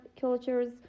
cultures